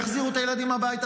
יחזירו את הילדים הביתה,